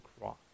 cross